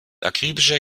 akribischer